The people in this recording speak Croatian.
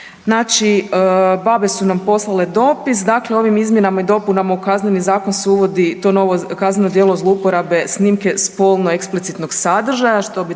Znači BaBe su nam poslale dopis, dakle ovim izmjenama i dopunama u Kazneni zakon se uvodi to novo kazneno djelo zlouporabe snimke spolno eksplicitnog sadržaja što bi